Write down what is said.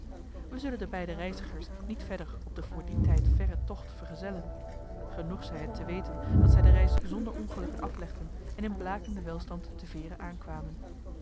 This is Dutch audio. wij zullen de beide reizigers niet verder op den voor den tijd verren tocht vergezellen genoeg zij het te weten dat zij de reis zonder ongelukken aflegden en in blakenden welstand te veere aankwamen